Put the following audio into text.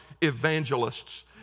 evangelists